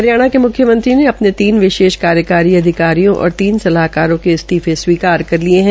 हरियाणा के मुख्यमंत्री ने अपने तीन विशेष कार्यकारी अधिकारियों और तीन सलाहकारों के इस्तीफे स्वीकार कर लिए हैं